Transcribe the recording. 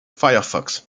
firefox